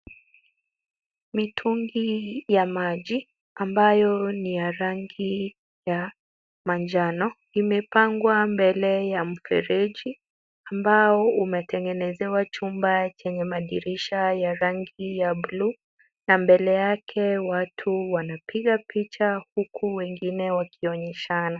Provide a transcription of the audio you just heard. Mitungi ya maji ambayo ni ya rangi ya manjano imepangwa mbele ya mfereji ambao umetengenezewa chumba chenye madirisha ya rangi ya buluu na mbele yake watu wanapiga picha huku wengine wakionyeshana.